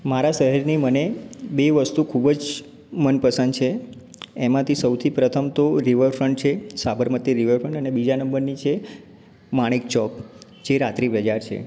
મારા શહેરની મને બે વસ્તુ ખૂબ જ મનપસંદ છે એમાંથી સૌથી પ્રથમ તો રિવરફ્રન્ટ છે સાબરમતી રિવરફ્રન્ટ અને બીજા નંબરની છે માણેકચોક જે રાત્રિ બજાર છે